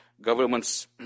governments